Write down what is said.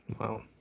Wow